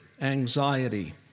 anxiety